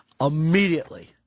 immediately